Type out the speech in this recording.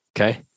Okay